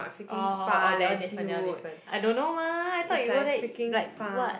orh orh orh that one different that one different I don't know mah I thought you go there like what